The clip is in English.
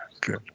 good